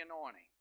anointing